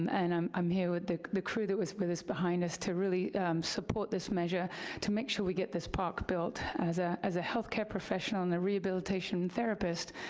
um and i'm i'm here with the the crew that was with us, behind us to really support this measure to make sure we get this park built. as ah as a health care professional and a rehabilitation therapist,